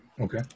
Okay